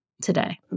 Today